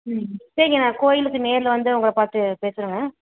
ம் சரி நான் கோயிலுக்கு நேரில் வந்து உங்களை பார்த்து பேசுகிறேங்க